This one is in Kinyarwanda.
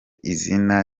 izina